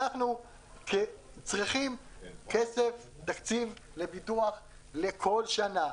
אנחנו צריכים תקציב לביטוח לכל שנה.